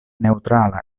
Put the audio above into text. neŭtrala